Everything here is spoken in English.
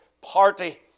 party